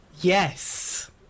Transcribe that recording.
Yes